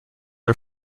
are